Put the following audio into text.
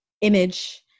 image